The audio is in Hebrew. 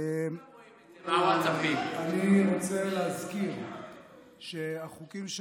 אני רוצה להזכיר שהחוקים,